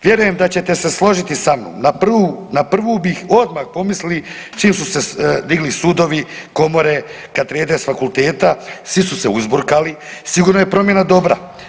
Vjerujem da ćete se složiti sa mnom, na prvu, na prvu bih odmah pomislili čim su se digli sudovi, komore, katedre s fakulteta, svi su se uzburkali, sigurno je promjena dobra.